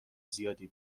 زیادی